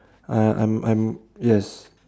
I'm I'm I'm yes